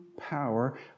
power